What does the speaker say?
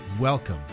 Welcome